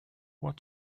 what